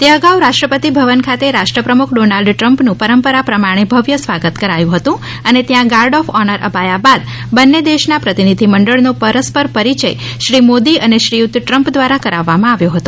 તે અગાઉ રાષ્ટ્રપતિ ભવન ખાતે રાષ્ટ્ર પ્રમુખ ડોનાલ્ડ ટ્રમ્પનું પરંપરા પ્રમાણે ભવ્ય સ્વાગત કરાયું હતું અને ત્યાં ગાર્ડ ઓફ ઓનર બાદ બંને દેશ ના પ્રતિનિધિમંડળ નો પરસ્પર પરિયય શ્રી મોદી અને શ્રીયુત ટ્રમ્પ દ્વારા કરાવવા માં આવ્યો હતો